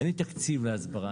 אין לי תקציב להסברה,